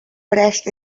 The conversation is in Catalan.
prest